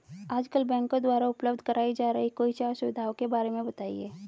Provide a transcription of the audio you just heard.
आजकल बैंकों द्वारा उपलब्ध कराई जा रही कोई चार सुविधाओं के बारे में बताइए?